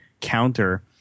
counter